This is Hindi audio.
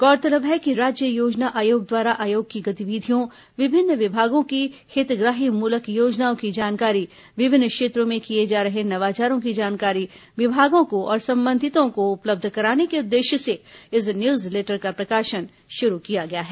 गौरतलब है कि राज्य योजना आयोग द्वारा आयोग की गतिविधियों विभिन्न विभागों की हितग्राहीमूलक योजनाओं की जानकारी विभिन्न क्षेत्रों में किए जा रहे नवाचारों की जानकारी विभागों को और संबंधितों को उपलब्ध कराने के उद्देश्य से इस न्यूज लेटर का प्रकाशन शुरू किया गया है